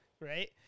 Right